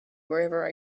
wherever